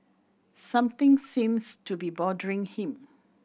something seems to be bothering him